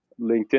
LinkedIn